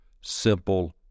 simple